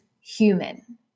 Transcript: human